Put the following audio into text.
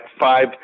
five